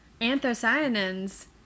anthocyanins